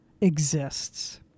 exists